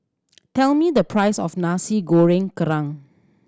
tell me the price of Nasi Goreng Kerang